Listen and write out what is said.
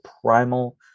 primal